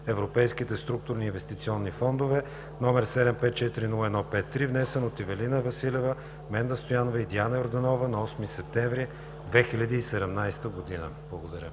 Европейските структури и инвестиционни фондове, № 754-01-53, внесен от Ивелина Василева, Менда Стоянова и Диана Йорданова на 8 септември 2017 г.“ Благодаря.